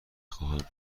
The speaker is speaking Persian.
خواهم